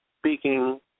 speaking